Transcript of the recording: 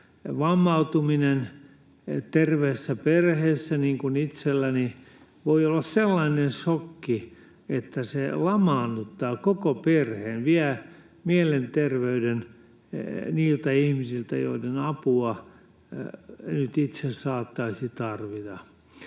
Vammautuminen terveessä perheessä, niin kuin itselläni, voi olla sellainen šokki, että se lamaannuttaa koko perheen, vie mielenterveyden niiltä ihmisiltä, joiden apua itse saattaisi tarvita.